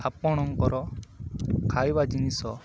ଆପଣଙ୍କର ଖାଇବା ଜିନିଷ